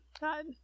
God